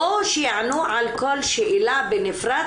בואו שיענו על כל שאלה בנפרד,